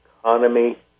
economy